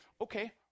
okay